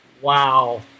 wow